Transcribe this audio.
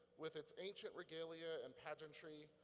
with its ancient regalia and pageantry,